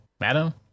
madam